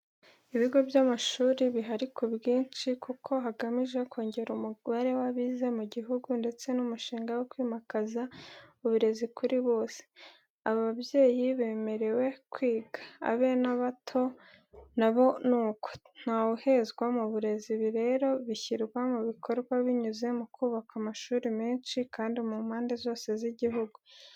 Ibigo by'amashuri bihari ku bwinshi kuko hagamijwe kongera umubare w'abize mu gihugu ndetse n'umushinga wo kwimakaza uburezi kuri bose, abe ababyeyi bemerewe kwiga, abe n'abato na bo ni uko, ntawuhezwa mu burezi. Ibi rero bishyirwa mu bikorwa binyuze mu kubaka amashuri menshi kandi mu mpande zose z'igihugu.